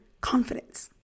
confidence